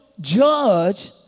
judge